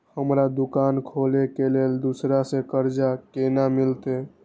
हमरा दुकान खोले के लेल दूसरा से कर्जा केना मिलते?